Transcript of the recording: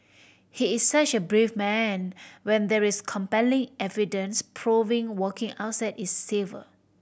he is such a brave man when there is compelling evidence proving walking outside is safer